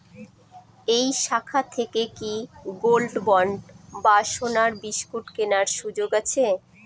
এই শাখা থেকে কি গোল্ডবন্ড বা সোনার বিসকুট কেনার সুযোগ আছে?